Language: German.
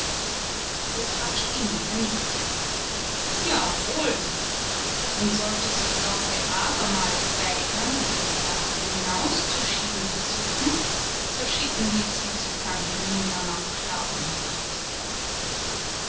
hofrat spineder nickte jawohl und sollte sich lotte abermals weigern oder die sache hinauszuschieben versuchen so schicken wir sie zu tante minna nach klagenfurt